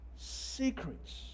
secrets